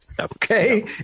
Okay